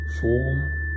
four